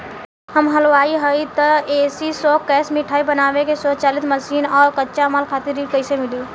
हम हलुवाई हईं त ए.सी शो कैशमिठाई बनावे के स्वचालित मशीन और कच्चा माल खातिर ऋण कइसे मिली?